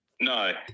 No